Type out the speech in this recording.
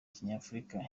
kinyafurika